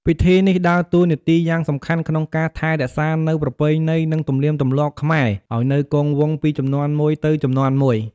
ពិធីនេះដើរតួនាទីយ៉ាងសំខាន់ក្នុងការ ថែរក្សានូវប្រពៃណី និង ទំនៀមទម្លាប់ខ្មែរ ឲ្យនៅគង់វង្សពី ជំនាន់មួយទៅជំនាន់មួយ។